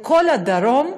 לכל הדרום,